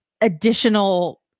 additional